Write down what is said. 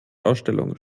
ausstellungen